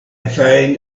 found